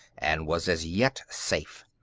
and was as yet safe.